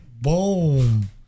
Boom